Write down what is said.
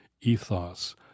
ethos